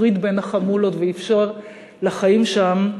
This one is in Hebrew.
הפריד בין החמולות ואפשר לחיים שם,